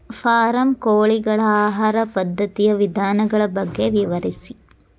form ಕೋಳಿಗಳ ಆಹಾರ ಪದ್ಧತಿಯ ವಿಧಾನಗಳ ಬಗ್ಗೆ ವಿವರಿಸಿ